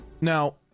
Now